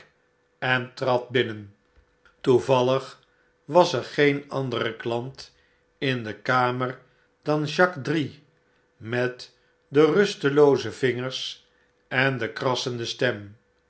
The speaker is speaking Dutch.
en trad binnen toevallig was er geen andere klant in de kamer dan jacques drie met de rustelooze vingers en de krassende stem